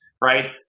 right